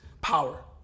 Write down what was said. power